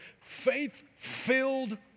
faith-filled